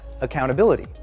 accountability